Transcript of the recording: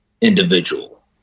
individual